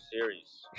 series